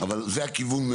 אבל זה הכיוון,